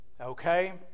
Okay